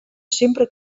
sempre